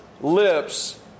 lips